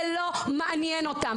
זה לא מעניין אותם.